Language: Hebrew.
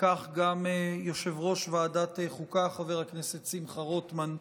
וכך גם יושב-ראש ועדת חוקה חבר הכנסת שמחה רוטמן.